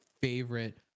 favorite